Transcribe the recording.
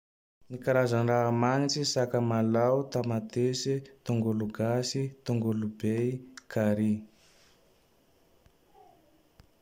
Ny karazagne raha magnitsy: sakamalao, tamatesy, tongolo gasy, tongolo bey, curry.